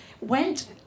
went